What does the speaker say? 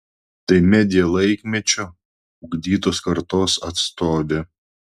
tai media laikmečio ugdytos kartos atstovė